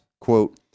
Quote